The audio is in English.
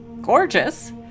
gorgeous